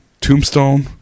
tombstone